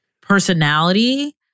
personality